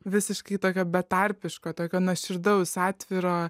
visiškai tokio betarpiško tokio nuoširdaus atviro